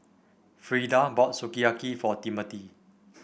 Freeda bought Sukiyaki for Timmothy